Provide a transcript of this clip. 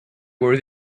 were